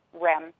REM